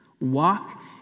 Walk